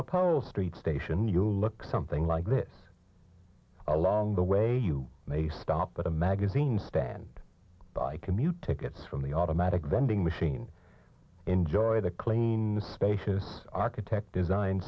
the polls street station you look something like this along the way you may stop at a magazine stand by commute tickets from the automatic vending machine enjoy the clean spacious architect design